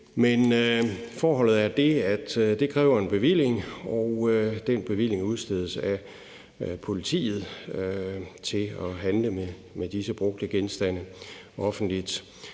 Men forholdet er det, at det kræver en bevilling, og den bevilling udstedes af politiet til at handle med disse brugte genstande offentligt.